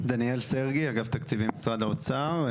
דניאל סרגי, אני מאגף התקציבים במשרד האוצר.